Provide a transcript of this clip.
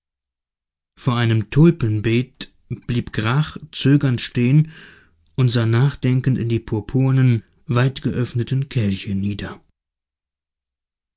vor einem tulpenbeet blieb grach zögernd stehen und sah nachdenkend in die purpurnen weitgeöffneten kelche nieder